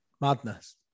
Madness